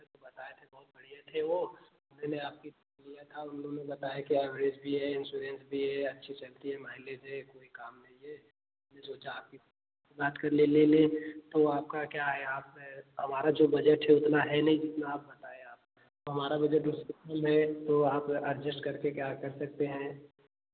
तो बताए थे बहुत बढ़िया थे वह उन्होंने आपके नम्बर दिया था उन्होंने बताया कि इन्श्योरेन्स भी है अच्छी चलती है माइलेज है कोई काम नहीं है सोचा आपसे बात करके ले ले तो आपका क्या है आप हमारा जो बजट है उतना है नहीं जितना आप बताया आपने तो हमारा बजट उससे कम है तो आप एडजस्ट करके क्या कर सकते हैं